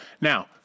Now